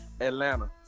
Atlanta